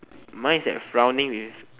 mine's like frowning with